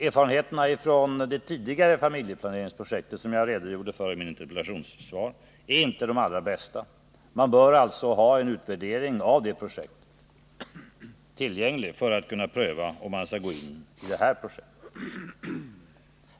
Erfarenheterna från det tidigare familjeplaneringsprojektet, som jag redogjorde för i mitt interpellationssvar, är inte bara goda. Man bör alltså ha en utvärdering av det projektet tillgänglig för att kunna pröva om man skall delta i det projekt som det nu är fråga om.